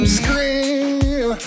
scream